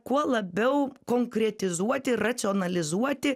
kuo labiau konkretizuoti racionalizuoti